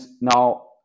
now